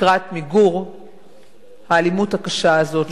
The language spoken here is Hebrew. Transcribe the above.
לקראת מיגור האלימות הקשה הזאת,